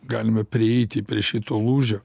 galime prieiti prie šito lūžio